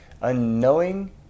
Unknowing